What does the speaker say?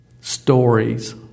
stories